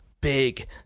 Big